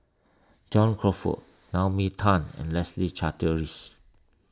John Crawfurd Naomi Tan and Leslie Charteris